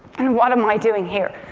and what am i doing here?